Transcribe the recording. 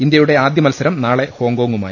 ഇന്ത്യയുടെ ആദ്യ മത്സരം നാളെ ഹോങ്കോങ്ങുമായി